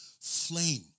flame